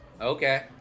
Okay